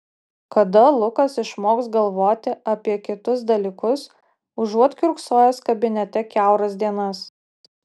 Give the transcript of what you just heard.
kada lukas išmoks galvoti apie kitus dalykus užuot kiurksojęs kabinete kiauras dienas